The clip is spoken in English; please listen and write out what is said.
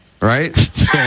right